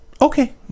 Okay